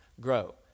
Grow